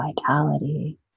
vitality